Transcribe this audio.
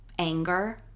anger